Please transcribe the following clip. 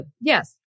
Yes